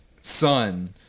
Son